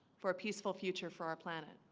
for a peaceful future for our planet